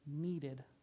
needed